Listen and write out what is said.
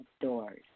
doors